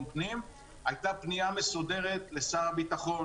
פנים הייתה פנייה מסודרת לשר הביטחון.